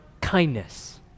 kindness